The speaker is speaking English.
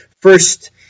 First